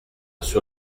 sur